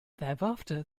thereafter